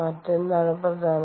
മറ്റെന്താണ് പ്രധാനം